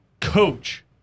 coach